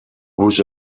vous